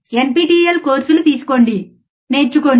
NPTEL కోర్సులు తీసుకోండి నేర్చుకోండి